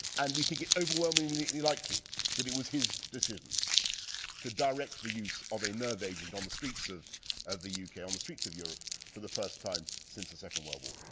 and we think it overwhelmingly likely that it was his decision to direct the use of a nerve agent on the streets of of the u k, on the streets of europe for the first time since the second world war.